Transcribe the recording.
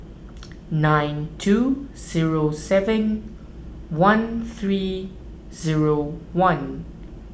nine two zero seven one three zero one